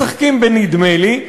משחקים בנדמה לי,